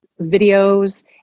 videos